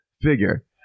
figure